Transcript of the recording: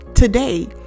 today